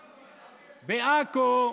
בעכו,